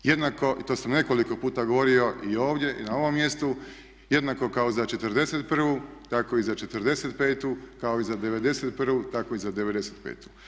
Jednako i to sam nekoliko puta govorio i ovdje i na ovom mjestu, jednako kao za '41., tako i za '45. kao i za '91., tako i za '95.